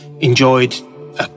enjoyed